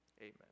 Amen